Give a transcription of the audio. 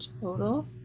total